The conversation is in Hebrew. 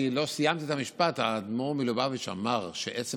אני לא סיימתי את המשפט: האדמו"ר מלובביץ' אמר שעצם